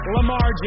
Lamar